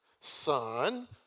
Son